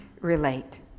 relate